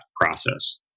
process